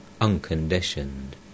unconditioned